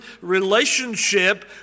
relationship